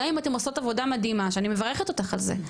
גם אם אתן עושות עבודה מדהימה שאני מברכת אותך על זה,